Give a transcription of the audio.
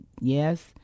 yes